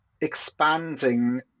expanding